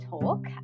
Talk